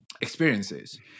experiences